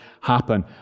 happen